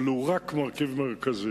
אבל הוא רק מרכיב מרכזי.